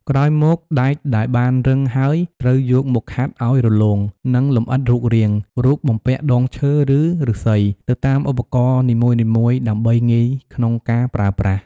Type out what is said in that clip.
ក្រោយមក ដែកដែលបានរឹងហើយត្រូវយកមកខាត់ឲ្យរលោង និងលម្អិតរូបរាង រួចបំពាក់ដងឈើ ឬឫស្សីទៅតាមឧបករណ៍នីមួយៗដើម្បីងាយក្នុងការប្រើប្រាស់។